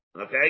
Okay